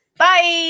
Bye